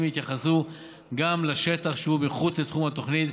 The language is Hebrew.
יתייחסו גם לשטח שהוא מחוץ לתחום התוכנית,